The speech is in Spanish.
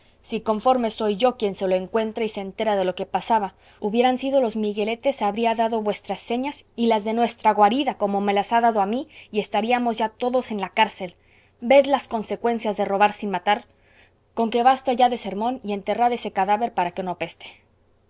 si conforme soy yo quien se lo encuentra y se entera de lo que pasaba hubieran sido los migueletes habría dado vuestras señas y las de nuestra guarida como me las ha dado a mí y estaríamos ya todos en la cárcel ved las consecuencias de robar sin matar conque basta ya de sermón y enterrad ese cadáver para que no apeste